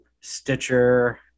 Stitcher